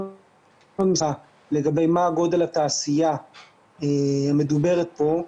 --- לגבי מה גודל התעשייה המדוברת פה.